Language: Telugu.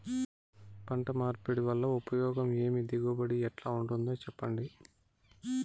పంట మార్పిడి వల్ల ఉపయోగం ఏమి దిగుబడి ఎట్లా ఉంటుందో చెప్పండి?